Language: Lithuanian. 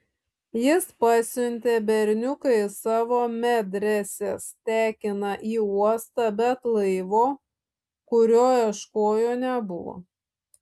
jis pasiuntė berniuką iš savo medresės tekiną į uostą bet laivo kurio ieškojo nebuvo